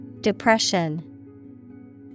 depression